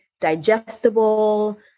digestible